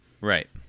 Right